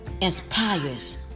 inspires